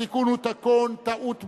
התיקון הוא תיקון טעות בלבד,